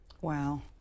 Wow